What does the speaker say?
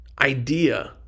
idea